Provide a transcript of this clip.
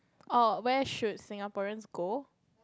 orh where should Singaporeans go